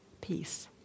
peace